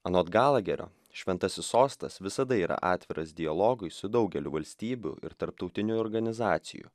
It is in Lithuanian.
anot galaherio šventasis sostas visada yra atviras dialogui su daugeliu valstybių ir tarptautinių organizacijų